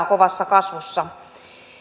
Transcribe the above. kovassa kasvussa